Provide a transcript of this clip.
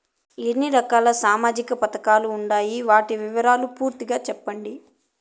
ఎన్ని రకాల సామాజిక పథకాలు ఉండాయి? వాటి వివరాలు పూర్తిగా సెప్పండి?